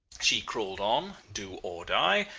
she crawled on, do or die,